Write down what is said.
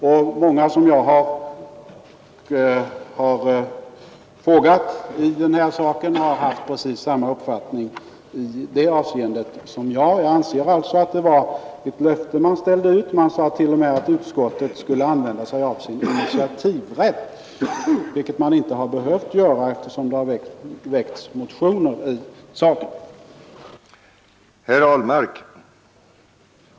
De jag talat med om denna fråga har haft samma uppfattning som jag. Jag anser alltså att det var ett löfte man ställde ut. Man sade t.o.m. att utskottet skulle använda sig av sin initiativrätt, vilket utskottet dock inte behövt göra, eftersom det väckts motioner i de två ärenden det här gäller.